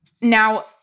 Now